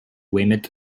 weymouth